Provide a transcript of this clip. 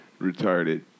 Retarded